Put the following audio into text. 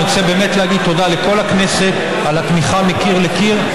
ואני רוצה באמת להגיד תודה לכל הכנסת על התמיכה מקיר לקיר.